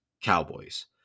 Cowboys